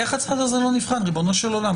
איך הצעד הזה לא נבחן, ריבונו של עולם?